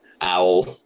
owl